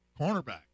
Cornerback